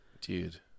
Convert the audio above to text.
Dude